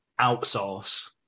outsource